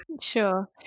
sure